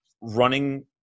running